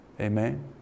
Amen